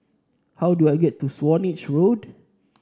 how do I get to Swanage Road